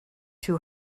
too